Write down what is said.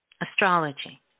Astrology